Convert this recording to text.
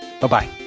Bye-bye